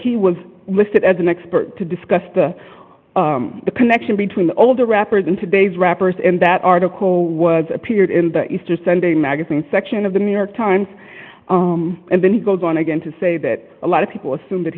he was listed as an expert to discuss the connection between older rappers and today's rappers and that article was appeared in the easter sunday magazine section of the new york times and then he goes on again to say that a lot of people assume that